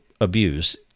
abuse